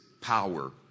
power